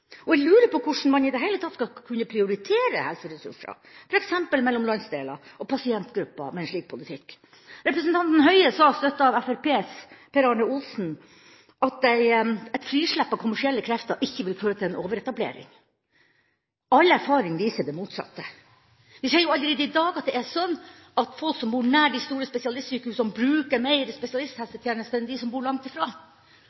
og jeg lurer på hvordan man i det hele tatt skal kunne prioritere helseressurser, f.eks. mellom landsdeler og pasientgrupper, med en slik politikk. Representanten Høie sa, støttet av Fremskrittspartiets Per Arne Olsen, at et frislepp av kommersielle krefter ikke vil føre til en overetablering. All erfaring viser det motsatte. Vi ser jo allerede i dag at det er sånn at folk som bor nær de store spesialistsykehusene, bruker mer